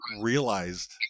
realized